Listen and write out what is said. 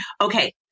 Okay